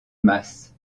masse